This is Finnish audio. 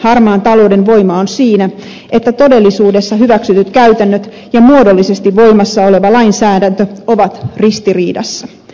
harmaan talouden voima on siinä että todellisuudessa hyväksytyt käytännöt ja muodollisesti voimassa oleva lainsäädäntö ovat ristiriidassa